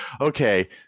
okay